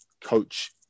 coach